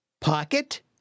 Pocket